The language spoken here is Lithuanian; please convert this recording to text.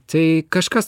tai kažkas